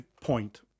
point